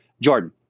Jordan